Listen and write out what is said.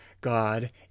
God